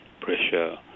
pressure